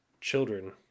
children